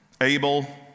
Abel